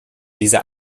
dieser